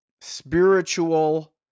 spiritual